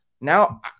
Now